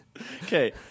okay